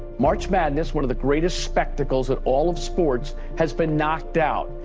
march madness, one of the greatest spectacles in all of sports, has been knocked out,